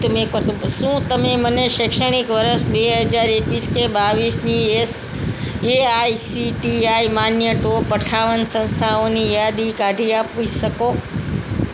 શું તમે મને શૈક્ષણિક વર્ષ બે હજાર એકવીસ કે બાવીસની એસએઆઇસીટીઆઇ માન્ય ટોપ અઠ્ઠાવન સંસ્થાઓની યાદી કાઢી આપી શકો